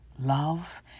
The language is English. love